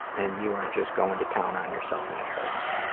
and you are just going to town on yourself, and it hurts.